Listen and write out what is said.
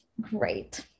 Great